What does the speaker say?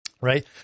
Right